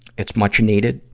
it's much needed,